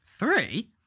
Three